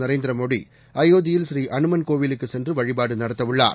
நரேந்திர மோடி அயோத்தியில் ப்ரீஅனுமன் கோவிலுக்குச் சென்று வழிபாடு நடத்தவுள்ளார்